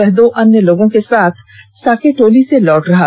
वह दो अन्य लोगों के साथ साकेटोली से लौट रहा था